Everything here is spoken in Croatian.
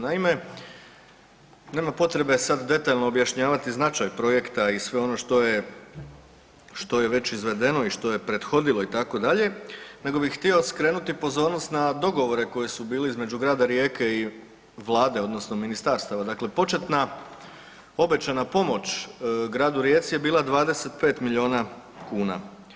Naime, nema potrebe sad detaljno objašnjavati značaj projekta i sve ono što je već izvedeno i što je prethodilo itd., nego bi htio skrenuti pozornost na dogovore koji su bili između grada Rijeke i Vlade odnosno ministarstava, dakle početna obećana pomoć gradu Rijeci je bila 25 milijuna kuna.